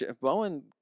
Bowen